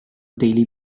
daily